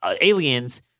aliens